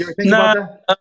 no